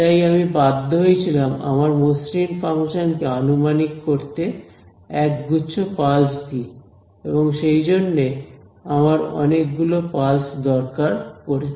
তাই আমি বাধ্য হয়েছিলাম আমার মসৃণ ফাংশন কে আনুমানিক করতে একগুচ্ছ পালস দিয়ে এবং সেইজন্যে আমার অনেকগুলো পালস দরকার পড়েছে